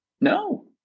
No